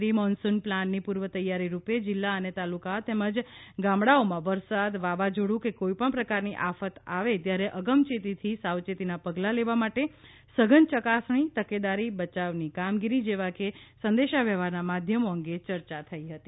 pre monsoon પ્લાનની પૂર્વ તૈયારી રૂપે જિલ્લા અને તાલુકાઓ તેમજ ગામડાઓમાં વરસાદ વાવાઝોડું કે કોઇપણ પ્રકારની આફત આવે ત્યારે અગમચેતીથી સાવચેતીનાં પગલાં લેવા માટે સાધન ચકાસણી તકેદારી બચાવની કામગીરી જેવા કે સંદેશા વ્યવહારના માધ્યમો અંગે ચર્ચા થઇ હતી